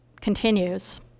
continues